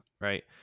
right